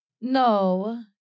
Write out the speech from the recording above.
No